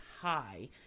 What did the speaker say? high